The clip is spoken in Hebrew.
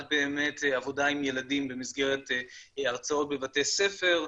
ב אמת עבודה עם ילדים במסגרת הרצאות בבתי ספר,